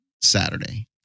Saturday